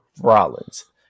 Rollins